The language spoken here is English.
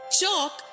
chalk